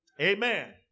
amen